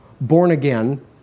born-again